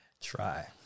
Try